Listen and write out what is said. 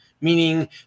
Meaning